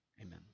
Amen